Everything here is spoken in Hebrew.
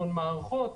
המון מערכות,